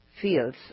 feels